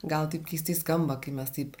gal taip keistai skamba kai mes taip